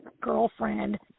girlfriend